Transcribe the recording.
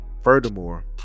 Furthermore